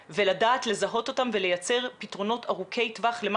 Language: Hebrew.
הוא פתרון דינמי בצורה יוצאת דופן לאותם ילדים שנושרים מסיבות כאלה